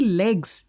legs